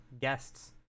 guests